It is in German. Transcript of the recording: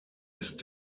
ist